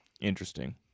interesting